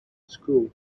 school